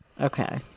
Okay